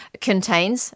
contains